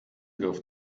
griff